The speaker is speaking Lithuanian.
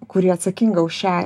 kuri atsakinga už šią